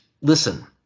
Listen